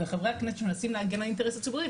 וחברי הכנסת שמנסים להגן על האינטרס הציבורי,